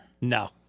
No